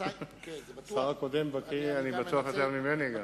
השר הקודם בקי, אני בטוח, יותר ממני.